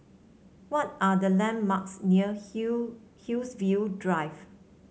what are the landmarks near Haig Haigsville Drive